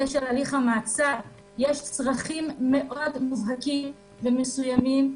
יש צרכים מובהקים ומסוימים,